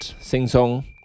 sing-song